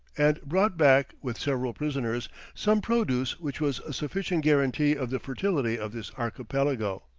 and brought back, with several prisoners, some produce which was a sufficient guarantee of the fertility of this archipelago.